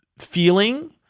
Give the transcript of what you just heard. feeling